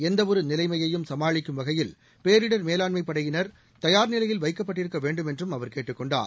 எந்தவொரு நிலைமையையும் சமாளிக்கும் வகையில் பேரிடர் மேலாண்மை படையினர் தயார்நிலையில் வைக்கப்பட்டிருக்க வேண்டும் என்றும் அவர் கேட்டுக் கொண்டார்